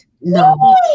No